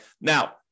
Now